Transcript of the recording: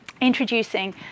introducing